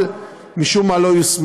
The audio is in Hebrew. אבל משום מה לא יושמה.